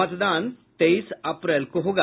मतदान तेईस अप्रैल को होगा